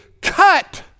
cut